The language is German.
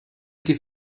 die